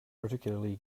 particularly